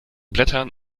blättern